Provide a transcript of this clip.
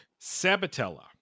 Sabatella